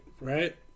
Right